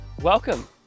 welcome